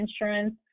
insurance